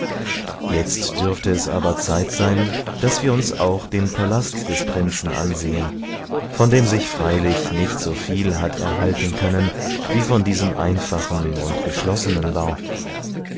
jetzt dürfte es aber zeit sein daß wir uns auch den palast des prinzen ansehen von dem sich freilich nicht so viel hat erhalten können wie von diesem einfachen und geschlossenen bau